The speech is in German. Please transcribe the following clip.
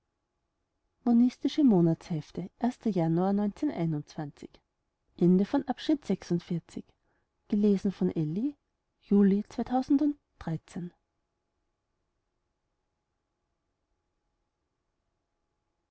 monistische monatshefte januar